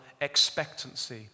expectancy